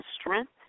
strength